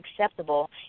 acceptable